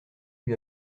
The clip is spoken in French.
lui